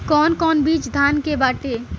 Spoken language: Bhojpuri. कौन कौन बिज धान के बाटे?